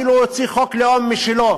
ואפילו הוציא חוק לאום משלו,